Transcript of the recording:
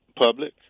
public